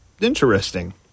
interesting